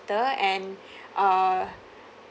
and err